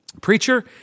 Preacher